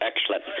Excellent